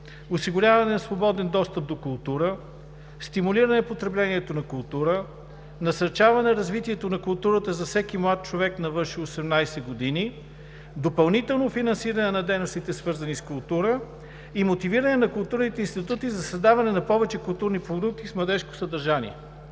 осигуряване на свободен достъп до култура, стимулиране потреблението на култура, насърчаване развитието на културата за всеки млад човек навършил 18 години, допълнително финансиране на дейностите, свързани с култура и мотивиране на културните институти за създаване на повече културни продукти с младежко съдържание.